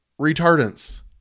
retardants